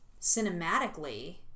Cinematically